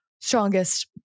strongest